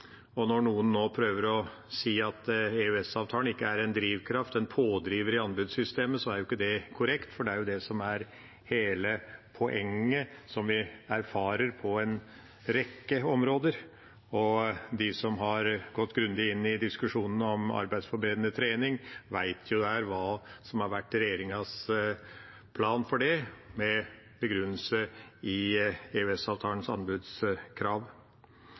Når noen nå prøver å si at EØS-avtalen ikke er en drivkraft – pådriver – i anbudssystemet, så er ikke det korrekt, for det er det som er hele poenget, som vi erfarer på en rekke områder. De som har gått grundig inn i diskusjonen om arbeidsforberedende trening, vet jo her hva som har vært regjeringas plan for det, med begrunnelse i EØS-avtalens anbudskrav.